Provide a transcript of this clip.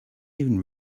even